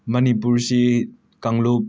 ꯃꯅꯤꯄꯨꯔꯁꯤ ꯀꯥꯡꯂꯨꯞ